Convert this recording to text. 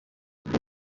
the